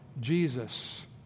Jesus